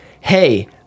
hey